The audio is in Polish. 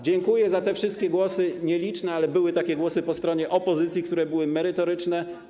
Dziękuję za te wszystkie głosy - nieliczne, ale były też głosy ze strony opozycji - które były merytoryczne.